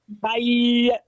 Bye